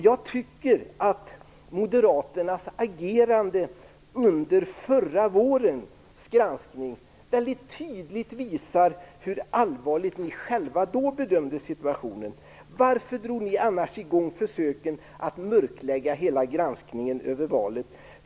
Jag tycker att Moderaternas agerande under förra vårens granskning väldigt tydligt visar hur allvarligt ni själva då bedömde situationen. Varför drog ni annars i gång försöken att mörklägga hela granskningen över valet?